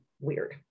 weird